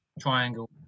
triangle